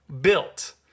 built